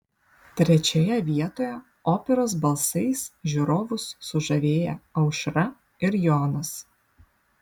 trečioje vietoje operos balsais žiūrovus sužavėję aušra ir jonas